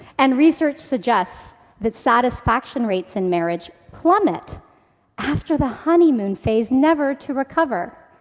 and research suggests that satisfaction rates in marriage plummet after the honeymoon phase, never to recover.